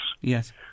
Yes